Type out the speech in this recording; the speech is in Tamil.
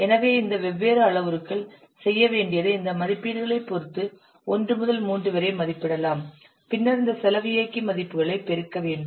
எனவே இந்த வெவ்வேறு அளவுருக்கள் செய்ய வேண்டியதை இந்த மதிப்பீடுகளைப் பொறுத்து ஒன்று முதல் மூன்று வரை மதிப்பிடலாம் பின்னர் செலவு இயக்கி மதிப்புகளை பெருக்க வேண்டும்